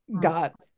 got